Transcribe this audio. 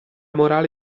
morale